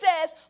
says